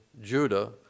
Judah